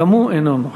גם הוא אינו נוכח,